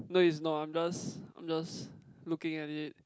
no it's not I'm just I'm just looking at it